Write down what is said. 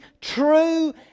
true